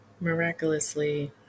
miraculously